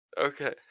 Okay